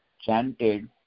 chanted